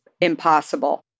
impossible